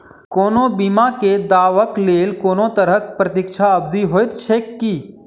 कोनो बीमा केँ दावाक लेल कोनों तरहक प्रतीक्षा अवधि होइत छैक की?